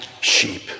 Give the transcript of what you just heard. sheep